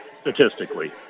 statistically